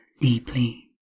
deeply